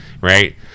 Right